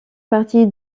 partie